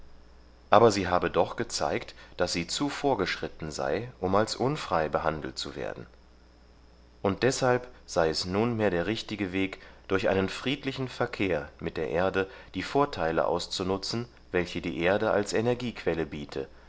aber sie habe doch gezeigt daß sie zu vorgeschritten sei um als unfrei behandelt zu werden und deshalb sei es nunmehr der richtige weg durch einen friedlichen verkehr mit der erde die vorteile auszunutzen welche die erde als energiequelle biete